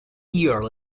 year